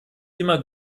immer